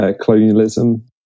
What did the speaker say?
colonialism